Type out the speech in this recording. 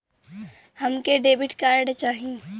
हमके debit card चाही?